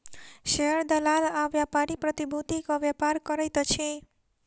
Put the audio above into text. share दलाल आ व्यापारी प्रतिभूतिक व्यापार करैत अछि